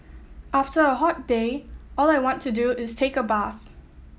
after a hot day all I want to do is take a bath